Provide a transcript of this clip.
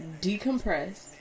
decompress